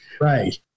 Right